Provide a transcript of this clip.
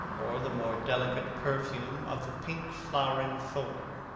or the more delicate perfume of the pink-flowering thorn.